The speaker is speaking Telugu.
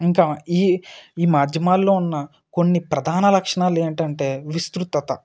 ఇంకా ఈ ఈ మాధ్యమాలలో ఉన్న కొన్ని ప్రధాన లక్షణాలు ఏంటంటే విస్తృతత